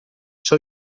ciò